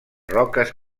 roques